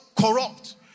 corrupt